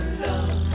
love